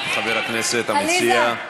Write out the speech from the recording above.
חבר הכנסת המציע.